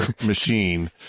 machine